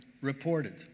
reported